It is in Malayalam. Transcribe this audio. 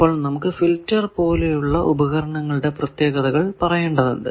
അപ്പോൾ നമുക്ക് ഫിൽറ്റർ പോലുള്ള ഉപകരണങ്ങളുടെ പ്രത്യേകതകൾ പറയേണ്ടതുണ്ട്